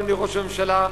אדוני ראש הממשלה,